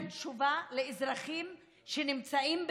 מסגן השר שייתן תשובה לאזרחים שנמצאים בחו"ל,